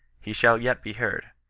he shall yet be heard.